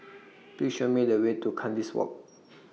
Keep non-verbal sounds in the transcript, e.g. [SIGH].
[NOISE] Please Show Me The Way to Kandis Walk